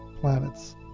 planets